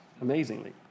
amazingly